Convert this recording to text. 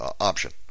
option